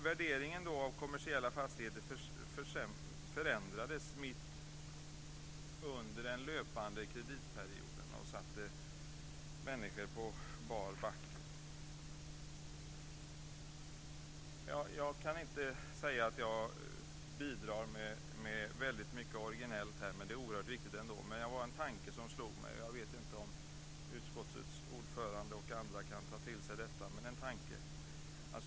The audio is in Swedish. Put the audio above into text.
Värderingen av kommersiella fastigheter förändrades mitt under den löpande kreditperioden och satte människor på bar backe. Jag kan inte säga att jag bidrar med väldigt mycket originellt här, men det är ändå oerhört viktigt. En tanke slog mig, och jag vet inte om utskottets ordförande och andra kan ta till sig detta.